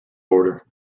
border